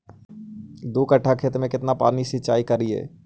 दू कट्ठा खेत में केतना पानी सीचाई करिए?